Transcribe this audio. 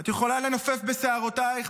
את יכולה לנופף בשערותייך,